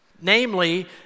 namely